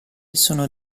sono